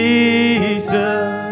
Jesus